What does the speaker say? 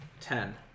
Ten